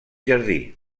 jardí